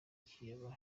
ikinyoma